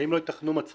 האם לא ייתכנו מצבים